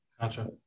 Gotcha